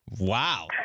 Wow